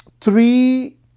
three